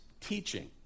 teaching